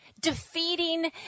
defeating